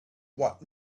what